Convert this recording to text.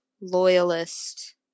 loyalist